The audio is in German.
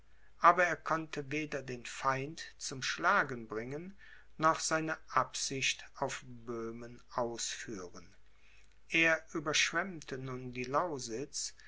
aber er konnte weder den feind zum schlagen bringen noch seine absicht auf böhmen ausführen er überschwemmte nun die